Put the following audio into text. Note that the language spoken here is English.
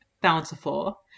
bountiful